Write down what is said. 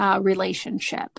relationship